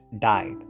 died